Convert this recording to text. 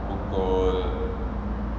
pukul